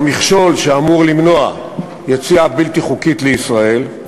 במכשול שאמור למנוע יציאה בלתי חוקית לישראל,